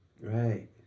Right